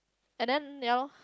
and then they all